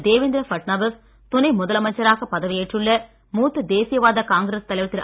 தேவேந்திர ஃபட்நவீஸ் துணை முதலமைச்சராக பதவியேற்றுள்ள மூத்த தேசிய வாத காங்கிரஸ் தலைவர் திரு